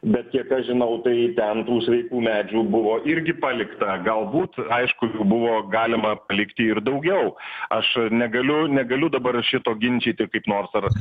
bet kiek aš žinau tai ten tų sveikų medžių buvo irgi palikta galbūt aišku jų buvo galima palikti ir daugiau aš negaliu negaliu dabar šito ginčyti kaip nors ar